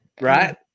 Right